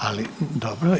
Ali dobro.